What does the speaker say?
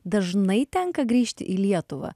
dažnai tenka grįžti į lietuvą